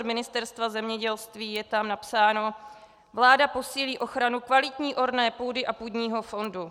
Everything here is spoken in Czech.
Ministerstva zemědělství je tam napsáno: Vláda posílí ochranu kvalitní orné půdy a půdního fondu.